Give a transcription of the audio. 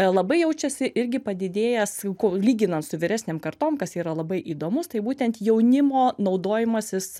labai jaučiasi irgi padidėjęs ko lyginant su vyresnėm kartom kas yra labai įdomus tai būtent jaunimo naudojimasis